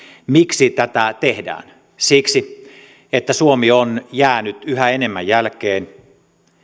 miksi tätä tehdään siksi että suomi on jäänyt yhä enemmän jälkeen